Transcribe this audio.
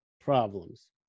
problems